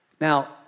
Now